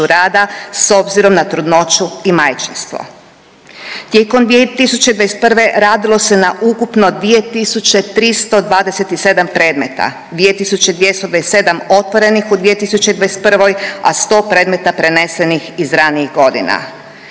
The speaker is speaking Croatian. s obzirom na trudnoću i majčinstvo. Tijekom 2021. radilo se na ukupno2.327 predmeta, 2.227 otvorenih u 2021., a 100 predmeta prenesenih iz ranijih godina.